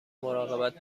مراقبت